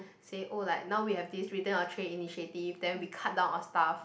say oh like now we have this return our tray initiative then we cut down our staff